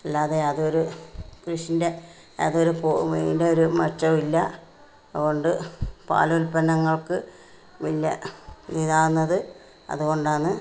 അല്ലാതെ അതൊരു കൃഷിൻ്റെ അതൊരു പൊ ഇതിൻറ്റൊരു മാറ്റവുമില്ല അതോണ്ട് പാലുല്പന്നങ്ങൾക്ക് വല്ല ഇതാകുന്നത് അതുകൊണ്ടാണ്